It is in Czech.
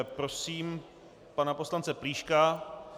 Prosím pana poslance Plíška.